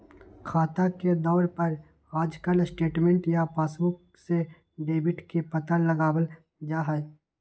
खाता के तौर पर आजकल स्टेटमेन्ट या पासबुक से डेबिट के पता लगावल जा हई